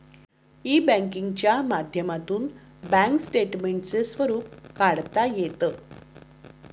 E बँकिंगच्या माध्यमातून bank स्टेटमेंटचे स्वरूप काढता येतं